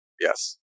Yes